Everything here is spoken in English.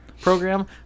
program